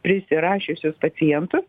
prisirašiusius pacientus